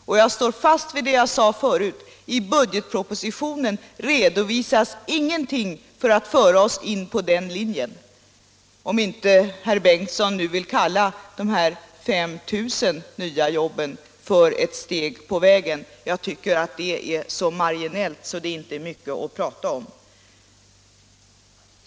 Och jag står fast vid vad jag sade förut: I budgetpropositionen redovisas ingenting för att föra oss in på den linjen, om inte herr Bengtson nu vill kalla de 5 000 nya jobben för ett steg på vägen. Men jag tycker att det är så marginellt att det inte är mycket att prata om.